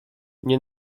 nie